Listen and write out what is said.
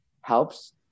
helps